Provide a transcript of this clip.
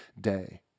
day